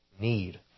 need